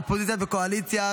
אופוזיציה וקואליציה,